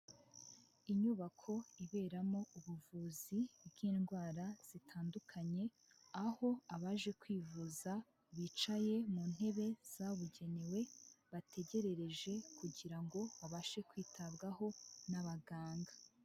Inyubako iberamo ubuvuzi bw'indwara zitandukanye aho abaje kwivuza bicaye mu ntebe zabugenewe bategerereje kugira ngo babashe kwitabwaho n'abaganga.